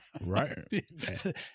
Right